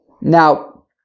Now